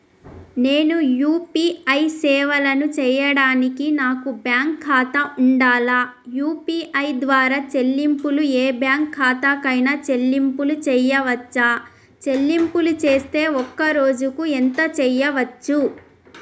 నేను యూ.పీ.ఐ సేవలను చేయడానికి నాకు బ్యాంక్ ఖాతా ఉండాలా? యూ.పీ.ఐ ద్వారా చెల్లింపులు ఏ బ్యాంక్ ఖాతా కైనా చెల్లింపులు చేయవచ్చా? చెల్లింపులు చేస్తే ఒక్క రోజుకు ఎంత చేయవచ్చు?